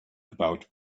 about